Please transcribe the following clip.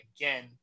again